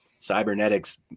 Cybernetics